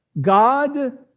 God